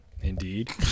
indeed